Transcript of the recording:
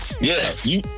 Yes